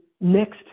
next